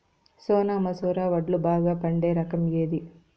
సోనా మసూర వడ్లు బాగా పండే రకం ఏది